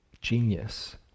genius